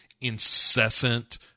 incessant